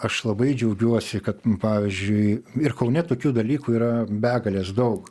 aš labai džiaugiuosi kad pavyzdžiui ir kaune tokių dalykų yra begalės daug